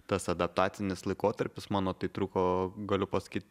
tas adaptacinis laikotarpis mano tai truko galiu pasakyt